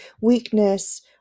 weakness